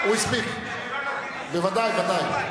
הוא הספיק, ודאי, ודאי.